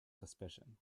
suspicion